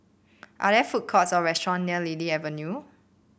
are there food courts or restaurant near Lily Avenue